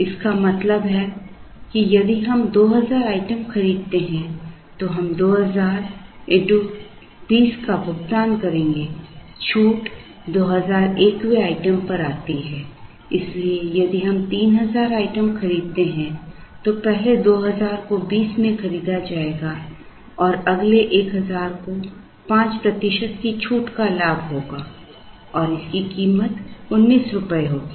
इसका मतलब है कि यदि हम 2000 आइटम खरीदते हैं तो हम 2000 x 20 का भुगतान करेंगे छूट 2001वें आइटम पर आती है इसलिए यदि हम 3000 आइटम खरीदते हैं तो पहले 2000 को 20 में खरीदा जाएगा और अगले 1000 को 5 प्रतिशत की छूट को लाभ होगा और इसकी कीमत 19 रुपये होगी